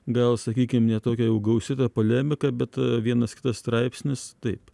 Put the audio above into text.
gal sakykim ne tokia jau gausi ta polemika bet vienas kitas straipsnis taip